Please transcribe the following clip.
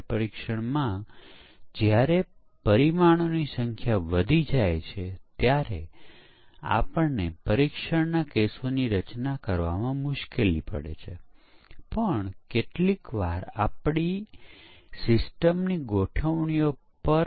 જેમ આપણે કહી રહ્યા છીએ કે આપણી પાસે ઘણી પરીક્ષણ તકનીકો છે ત્યાં એક ડઝન બ્લેક બોક્સ પરીક્ષણ છે અને બે ડઝનથી વધુ વ્હાઇટ બોક્સ પરીક્ષણ તકનીકો છે અને બગને દૂર કરવાની અન્ય તકનીકો સમીક્ષા સિમ્યુલેશન અને તેથી વધુ છે